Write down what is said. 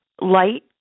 light